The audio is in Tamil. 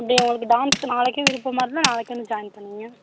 அப்படி உங்களுக்கு டேன்ஸ்க்கு நாளைக்கே விருப்பமா இருந்தால் நாளைக்கே வந்து ஜாயின் பண்ணிக்கங்க